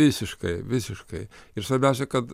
visiškai visiškai ir svarbiausia kad